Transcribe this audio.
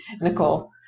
Nicole